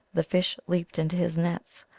the fish leaped into his nets,